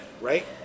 Right